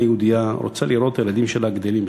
יהודייה רוצה לראות את הילדים שלה גדלים בשקט,